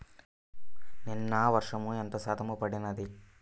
నిన్న వర్షము ఎంత శాతము పడినది?